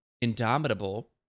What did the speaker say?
indomitable